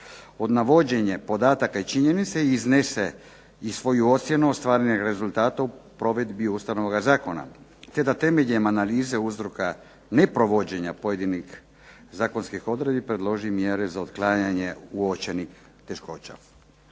od navođenja podataka i činjenica iznese i svoju ocjenu ostvarenih rezultata o provedbi Ustavnoga zakona te da temeljem analize uzroka neprovođenja pojedinih zakonskih odredbi predloži mjere za otklanjanje uočenih poteškoća.